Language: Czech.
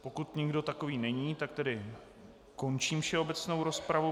Pokud nikdo takový není, končím všeobecnou rozpravu.